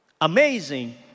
amazing